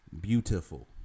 beautiful